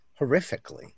horrifically